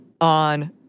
on